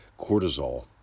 Cortisol